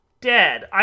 dead